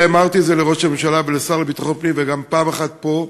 ואמרתי את זה לראש הממשלה ולשר לביטחון הפנים וגם פעם אחת פה,